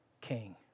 king